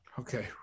Okay